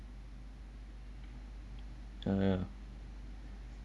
the